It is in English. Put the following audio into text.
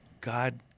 God